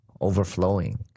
overflowing